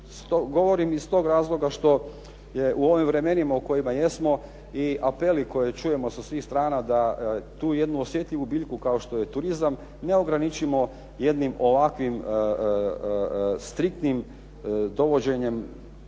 Govorim iz tog razloga što je u ovim vremenima u kojima jesmo i apeli koje čujemo sa svih strana da tu jednu osjetljivu biljku kao što je turizam ne ograničimo jednim ovakvim striktnim dovođenje